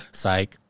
Psych